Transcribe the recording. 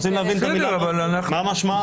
רוצים להבין את המילה "מהותי", מה משמעה.